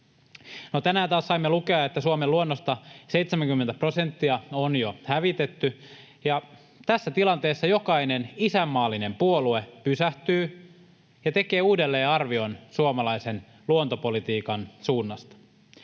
tänään taas saimme lukea, että Suomen luonnosta 70 prosenttia on jo hävitetty, ja tässä tilanteessa jokainen isänmaallinen puolue pysähtyy ja tekee uudelleenarvion suomalaisen luontopolitiikan suunnasta.